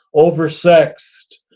oversexed,